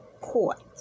court